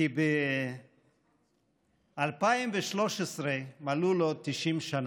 כי ב-2013 מלאו לו 90 שנה,